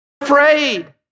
Afraid